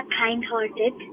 kind-hearted